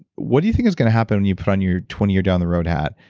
what do you think is going to happen when you put on your twenty year down the road hat,